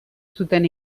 zuten